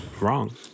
wrong